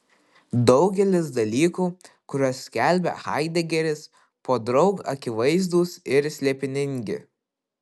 daugelis dalykų kuriuos skelbia haidegeris podraug akivaizdūs ir slėpiningi